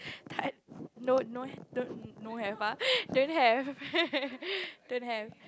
tart no no don't no have [la] don't have don't have